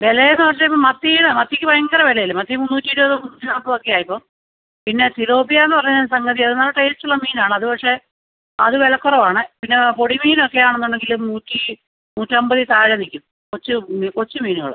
വില എന്ന് വെച്ചാൽ മത്തി മത്തിക്ക് ഭയങ്കര വില അല്ലേ മത്തി മൂന്നൂറ്റി ഇരുപത് മുന്നൂറ്റി നാൽപ്പതൊക്കെയാണ് ഇപ്പം പിന്നെ തിലോപ്പിയ എന്ന് പറഞ്ഞ സംഗതി അത് നല്ല ടേസ്റ്റ് ഉള്ള മീൻ ആണത് പക്ഷേ അത് വിലക്കുറവാണ് പിന്നെ പൊടി മീനൊക്കെ ആണെന്നുണ്ടെങ്കിലും നൂറ്റി നൂറ്റമ്പതിൽ താഴെ നിൽക്കും കൊച്ച് ഇത് കൊച്ച് മീനുകൾ